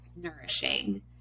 nourishing